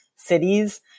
cities